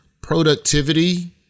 productivity